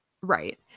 Right